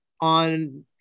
on